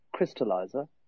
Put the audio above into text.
crystallizer